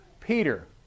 Peter